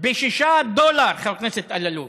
ב-6 דולר, חבר הכנסת אלאלוף.